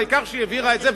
העיקר שהיא העבירה את זה.